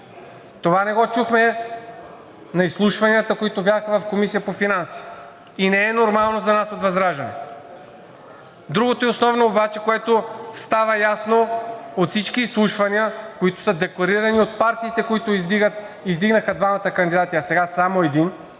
Това не го чухме на изслушванията, които бяха в Комисията по финанси, и не е нормално за нас от ВЪЗРАЖДАНЕ. Другото и основно, което става ясно от всички изслушвания, които са декларирани от партиите, които издигнаха двамата кандидати, а сега само един,